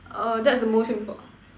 oh that's the most import~